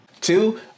Two